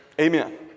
Amen